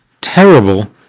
terrible